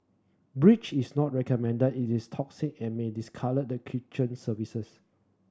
breach is not recommended it is toxic and may discolour the kitchen surfaces